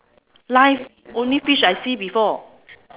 live only fish I see before